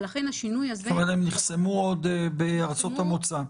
ולכן השינוי הזה --- כלומר הם נחסמו עוד בארצות המוצא.